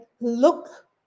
look